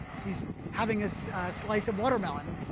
he's having a so slice of watermelon.